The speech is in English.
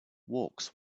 walks